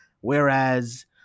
Whereas